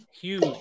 huge